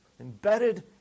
embedded